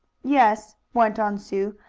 yes, went on sue.